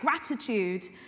gratitude